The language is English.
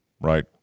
right